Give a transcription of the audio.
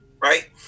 right